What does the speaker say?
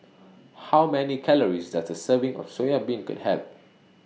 How Many Calories Does A Serving of Soya Beancurd Have